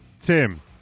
Tim